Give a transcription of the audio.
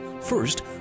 first